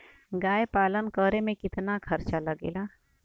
गाय पालन करे में कितना खर्चा लगेला?